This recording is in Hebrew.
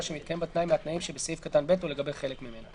שמתקיים בה תנאי מהתנאים שבסעיף קטן (ב) או לגבי חלק ממנה.